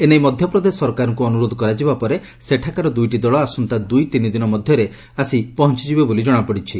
ଏ ନେଇ ମଧ୍ଧପ୍ରଦେଶ ସରକାରଙ୍କୁ ଅନୁରୋଧ କରାଯିବା ପରେ ସେଠାକାର ଦୁଇଟି ଦଳ ଆସନ୍ତା ଦୁଇ ତିନି ଦିନ ମଧ୍ଘରେ ଆସି ପହଞ୍ଚିବେ ବୋଲି ଜଶାପଡ଼ିଛି